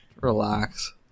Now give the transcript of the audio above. relax